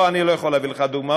לא, אני לא יכול להביא לך דוגמאות,